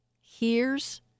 hears